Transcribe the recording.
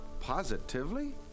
Positively